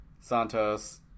Santos